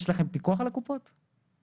יש לכם פיקוח על קופות החולים ?